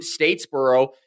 Statesboro